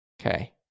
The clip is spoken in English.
Okay